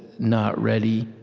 not ready,